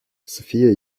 софия